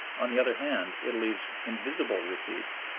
on the other hand, italy's invisible receipts,